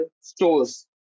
stores